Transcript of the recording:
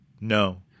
No